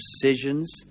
decisions